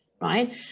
right